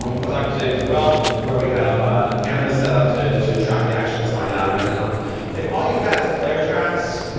um for soccer stadiums as well, where we have ah cameras set up to to track the action that's going on right now if all you had is player tracks,